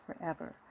forever